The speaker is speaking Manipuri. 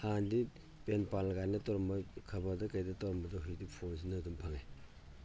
ꯍꯥꯟꯅꯗꯤ ꯄꯦꯟ ꯄꯥꯜ ꯀꯥꯏꯅ ꯇꯧꯔꯝꯕ ꯈꯕꯔꯗ ꯀꯩꯗ ꯇꯧꯔꯝꯕꯗꯣ ꯍꯧꯖꯤꯛꯇꯤ ꯐꯣꯟꯁꯤꯅ ꯑꯗꯨꯝ ꯐꯪꯉꯦ